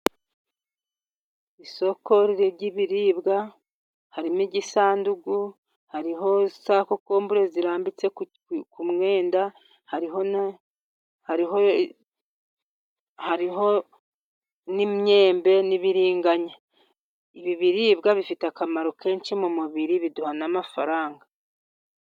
Isoko ry'ibiribwa harimo igisanduku, hariho za kokombure zirambitse ku mwenda, hariho n'imyembe n'ibibiringanya. Ibi biribwa bifite akamaro kenshi mu mubiri, biduha n'amafaranga.